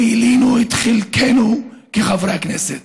מילאנו את חלקנו כחברי הכנסת.